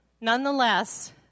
Nonetheless